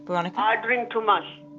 boronika? i drink too much.